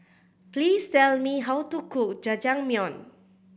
please tell me how to cook Jajangmyeon